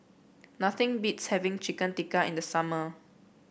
nothing beats having Chicken Tikka in the summer